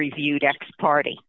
reviewed x party